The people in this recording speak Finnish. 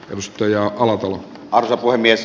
risto jaakkola varapuhemies